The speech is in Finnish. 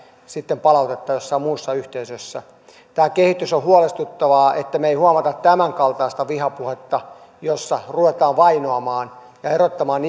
sitten palautetta jossain muussa yhteisössä tämä kehitys on huolestuttavaa että me emme huomaa tämänkaltaista vihapuhetta jossa ruvetaan vainoamaan ja erottamaan